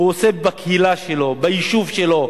הוא עושה בקהילה שלו, ביישוב שלו.